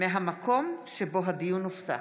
טיפול באמצעות אומנויות),